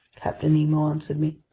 captain nemo answered me.